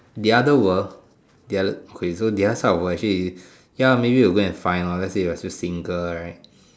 the other world ya okay so the other side of the world actually ya maybe you go and find lor let's say you're still single right